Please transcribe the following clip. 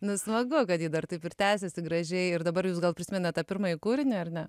na smagu kad ji dar taip ir tęsiasi gražiai ir dabar jūs gal prisimenat tą pirmąjį kūrinį ar ne